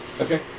Okay